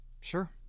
Sure